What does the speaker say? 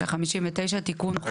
הגישה התנגדות כלכלית וכל הטעמים האלה,